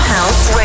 House